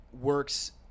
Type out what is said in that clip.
works